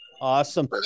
Awesome